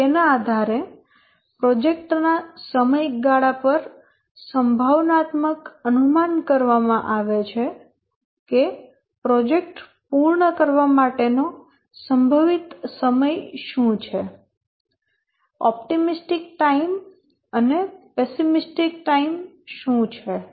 અને તેના આધારે પ્રોજેક્ટ ના સમયગાળા પર સંભાવનાત્મક અનુમાન કરવામાં આવે છે કે પ્રોજેક્ટ પૂર્ણ કરવા માટેનો સંભવિત સમય શું છે ઓપ્ટિમિસ્ટિક ટાઈમ અને પેસીમિસ્ટિક ટાઈમ શું છે